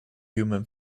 human